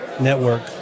network